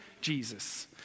Jesus